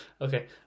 Okay